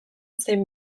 zein